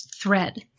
thread